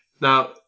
Now